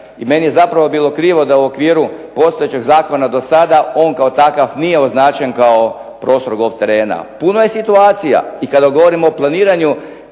i meni je zapravo bilo krivo da u okviru postojećeg zakona do sada on kao takav nije označen kao prostor golf terena. Puno je situacija i kada govorimo o planiranju